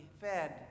fed